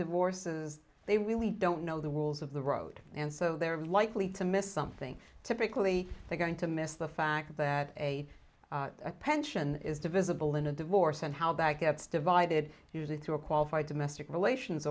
divorces they really don't know the rules of the road and so they're likely to miss something typically they're going to miss the fact that a pension is divisible in a divorce and how that gets divided usually through a qualified to messick relations